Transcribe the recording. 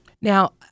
Now